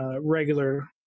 regular